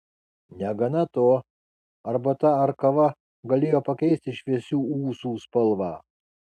negana to arbata ar kava galėjo pakeisti šviesių ūsų spalvą